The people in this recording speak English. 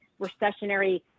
recessionary